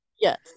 yes